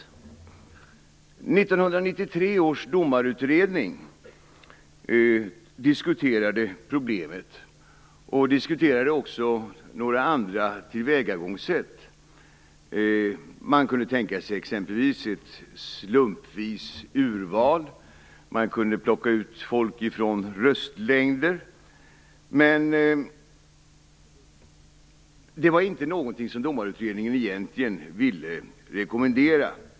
1993 års domarutredning diskuterade problemet och några andra tillvägagångssätt. Man kunde exempelvis tänka sig ett slumpvis urval. Man kunde plocka ut folk från röstlängder, men det var inte något som domarutredningen egentligen ville rekommendera.